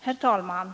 Herr talman!